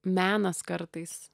menas kartais